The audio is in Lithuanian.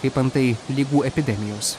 kaip antai ligų epidemijos